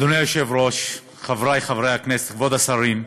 אדוני היושב-ראש, חברי חברי הכנסת, כבוד השרים,